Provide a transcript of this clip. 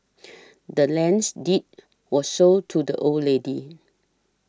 the land's deed was sold to the old lady